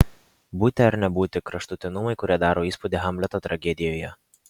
būti ar nebūti kraštutinumai kurie daro įspūdį hamleto tragedijoje